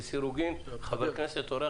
נעשה לסירוגין - חבר כנסת-אורח.